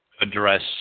address